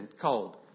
cold